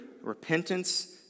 repentance